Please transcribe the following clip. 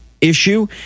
issue